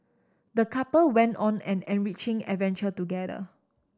the couple went on an enriching adventure together